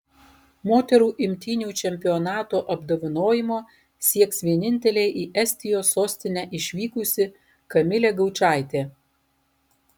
moterų imtynių čempionato apdovanojimo sieks vienintelė į estijos sostinę išvykusi kamilė gaučaitė